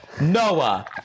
Noah